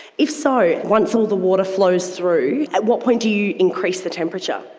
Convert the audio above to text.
if so, once all the water flows through, at what point do you increase the temperature?